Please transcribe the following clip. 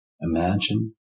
imagine